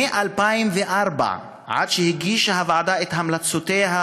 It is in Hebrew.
מ-2004 עד שהגישה הוועדה את המלצותיה,